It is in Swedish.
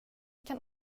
kan